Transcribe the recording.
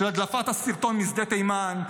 של הדלפת הסרטון משדה תימן,